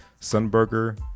Sunburger